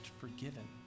forgiven